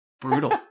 Brutal